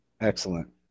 Excellent